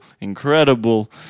incredible